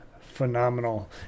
phenomenal